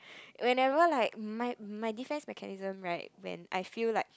whenever like my my this type mechanism right when I feel like